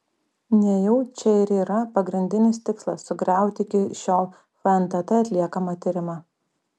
nejau čia ir yra pagrindinis tikslas sugriauti iki šiol fntt atliekamą tyrimą